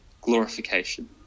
glorification